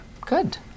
good